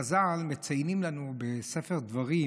חז"ל מציינים לנו בספר דברים,